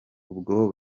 ubwo